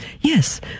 Yes